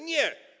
Nie.